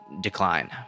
decline